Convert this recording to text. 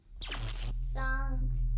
Songs